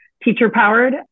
teacher-powered